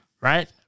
right